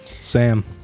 Sam